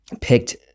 picked